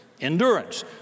endurance